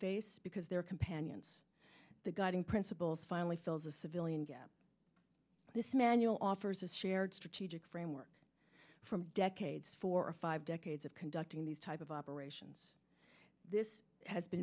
face because their companions the guiding principles finally fills a civilian gap this manual offers a shared strategic framework from decades for five decades of conducting these type of operations this has been